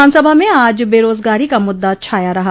विधानसभा में आज बेरोजगारी का मुद्दा छाया रहा